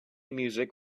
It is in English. music